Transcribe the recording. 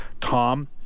Tom